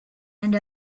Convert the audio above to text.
and